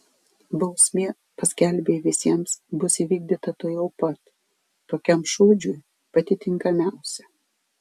bausmė paskelbei visiems bus įvykdyta tuojau pat tokiam šūdžiui pati tinkamiausia